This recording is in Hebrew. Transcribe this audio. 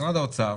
משרד האוצר